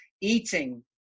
eating